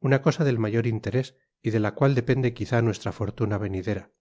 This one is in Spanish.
una cosa del mayor interés y de la cual depende quizá nuestra fortuna venidera